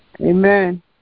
Amen